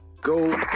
go